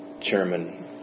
chairman